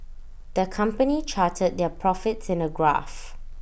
the company charted their profits in A graph